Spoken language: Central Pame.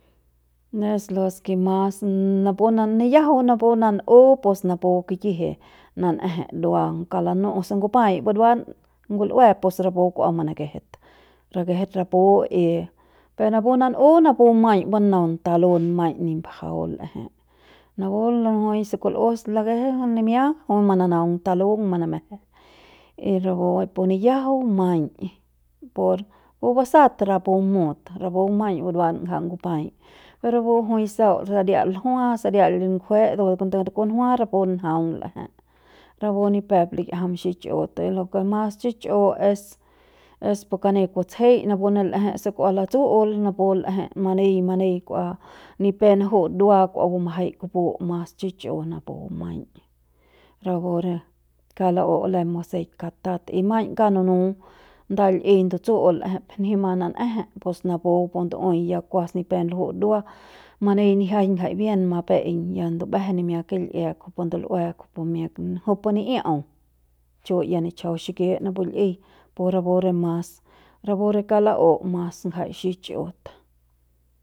No es lo ke mas napu nikiajau napu nan'u pus napu kiyiji nan'eje dua kauk lanu'u se ngupai buruan ngul'ue pus napu kua manakejet rakjet rapu y per napu nan'u napu maiñ banaun talun maiñ nip mbajau l'eje napu najui se kul'us lakeje jui nimia jui manaung talung manameje y rapu pu nikiajau maiñ por pu basat rapu mut rapu maiñ ngja buruan ngupai pero rapu jui sau saria ljua saria li ngjue rapu kunjua rapu ngjaung l'eje rapu ni pep likiajam xich'ut de lo ke mas chich'u es es pu kani kutsjei napu ne l'ejei se kua latsu'u napu l'ejei mani mani kua ni pe naju'u dua kua bumajai kupu mas chich'u napu maiñ rapu re kauk la'u lem baseik katat y maiñ kauk nunu nda l'i ndutsu'ul l'eje pima nan'eje pus napu kupu ndu'ui ya kuas ni pep luju'u dua mani nijiaiñ jai bien mape'eiñ ya ndumbeje nimia kil'ie kujupu ndul'ue kujupu miak kujupu ni'ia'au chu ya nichjau xiki napu l'i pu rapu re mas rapu re kauk la'u mas ngjai xich'ut.